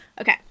Okay